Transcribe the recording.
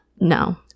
No